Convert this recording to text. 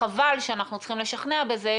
חבל שאנחנו צריכים לשכנע בזה,